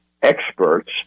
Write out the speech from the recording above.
experts